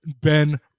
Ben